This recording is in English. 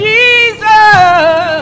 Jesus